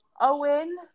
Owen